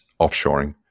offshoring